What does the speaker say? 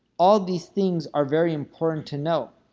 all these things are very important to know.